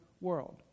world